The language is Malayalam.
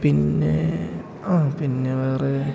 പിന്നെ ആ പിന്നെ വേറെ